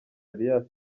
alias